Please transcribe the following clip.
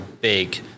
big